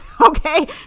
okay